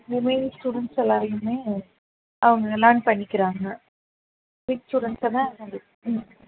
remaining students எல்லாரையுமே அவங்க learn பண்ணிக்கிறாங்க வீக் ஸ்டூடெண்ஸை தான்